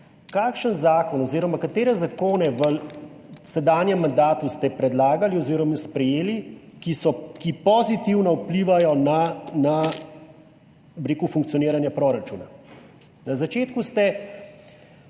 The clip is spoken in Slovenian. Kakšen zakon oziroma katere zakone v sedanjem mandatu ste predlagali oziroma sprejeli, ki pozitivno vplivajo na funkcioniranje proračuna? Na začetku ste,